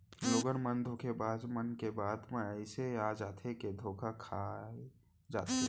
लोगन मन धोखेबाज मन के बात म अइसे आ जाथे के धोखा खाई जाथे